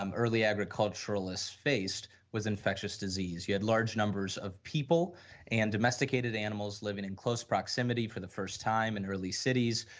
um early agriculturists faced was infectious disease, they had larger numbers of people and domesticated animals living in close proximity for the first time in early cities,